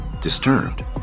Disturbed